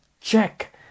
check